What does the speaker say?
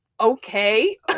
okay